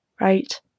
right